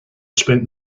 spent